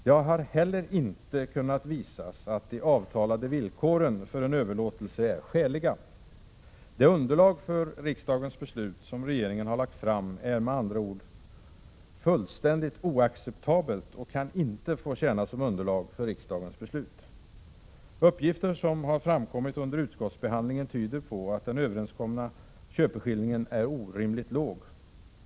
Det har heller inte kunnat visas att de avtalade villkoren för en överlåtelse är skäliga. Det underlag för riksdagens beslut som regeringen har lagt fram är med andra ord fullständigt oacceptabelt och kan inte få tjäna som underlag för riksdagens beslut. Uppgifter som har framkommit under utskottsbehandlingen tyder på att den överenskomna köpeskillingen är orimligt låg.